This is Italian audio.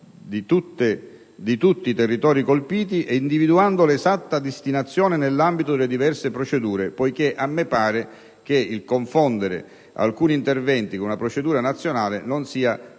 di tutti i territori colpiti e individuando l'esatta destinazione nell'ambito delle diverse procedure. A me sembra che il confondere alcuni interventi con una procedura nazionale non sia rendere